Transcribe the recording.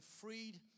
freed